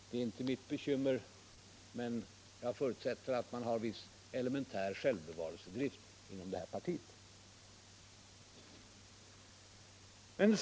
Det är inte mitt bekymmer, men jag förutsätter att man har en viss elementär självbevarelsedrift inom det här partiet.